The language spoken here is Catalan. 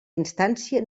instància